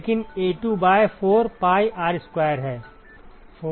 4 pi R square क्या है